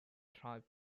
thrive